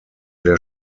der